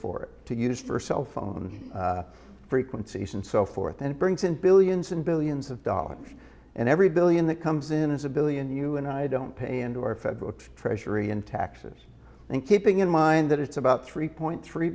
it to use for cell phone frequencies and so forth and it brings in billions and billions of dollars and every billion that comes in is a billion you and i don't pay into our federal treasury in taxes and keeping in mind that it's about three point three